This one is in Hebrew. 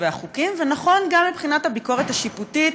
והחוקים ונכון גם מבחינת הביקורת השיפוטית,